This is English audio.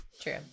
True